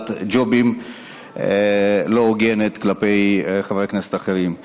קבלת ג'ובים לא הוגנת כלפי חברי כנסת אחרים.